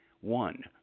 One